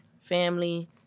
family